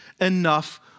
enough